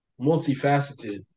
multifaceted